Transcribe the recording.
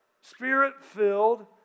spirit-filled